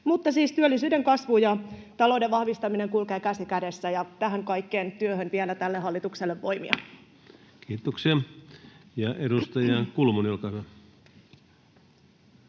työllisyyden kasvu ja talouden vahvistaminen kulkevat käsi kädessä, ja tähän kaikkeen työhön vielä tälle hallitukselle voimia. [Speech 156] Speaker: